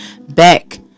back